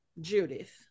Judith